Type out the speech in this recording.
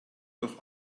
doch